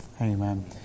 Amen